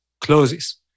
closes